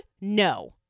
no